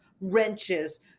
wrenches